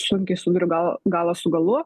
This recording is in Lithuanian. sunkiai suduriu galą galą su galu